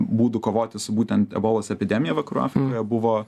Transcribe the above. būdų kovoti su būtent ebolos epidemija vakarų afrikoje buvo